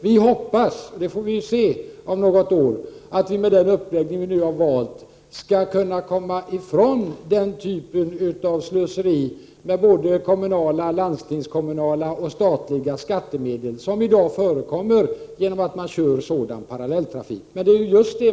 Vi hoppas att vi om något år får se om vi med den uppläggning vi nu har valt skall kunna komma ifrån den typ av slöseri med både kommunala, landstingskommunala och statliga skattemedel som förekommer genom att man i dag kör sådan parallelltrafik.